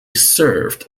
served